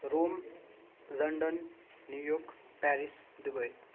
Rome London New York Paris Dubai